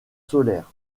solaires